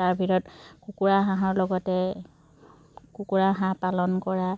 তাৰ ভিতৰত কুকুৰা হাঁহৰ লগতে কুকুৰা হাঁহ পালন কৰা